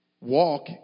walk